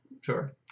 sure